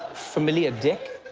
familiar dick?